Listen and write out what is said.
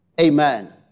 Amen